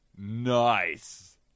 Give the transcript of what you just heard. nice